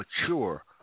mature